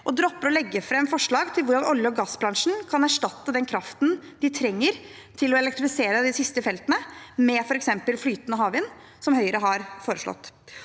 og dropper å legge fram forslag til hvordan olje- og gassbransjen kan erstatte den kraften de trenger til å elektrifisere de siste feltene med f.eks. flytende havvind, som Høyre har foreslått.